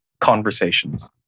conversations